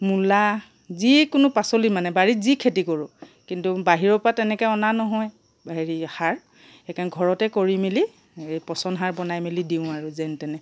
মূলা যিকোনো পাচলি মানে বাৰীত যি খেতি কৰোঁ কিন্তু বাহিৰৰ পৰা তেনেকৈ অনা নহয় হেৰি সাৰ সেইকাৰণে ঘৰতে কৰি মেলি এই পচন সাৰ বনাই মেলি দিওঁ আৰু যেনে তেনে